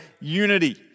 unity